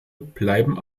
bleiben